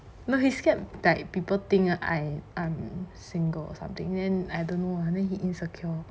no he scared that people think I I'm single or something then I don't know lah then he insecure